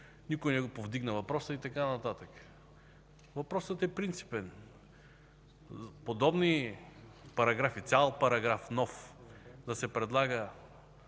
никой не е повдигнал въпроса и така нататък. Въпросът е принципен. Подобни параграфи, цял нов параграф да се предлага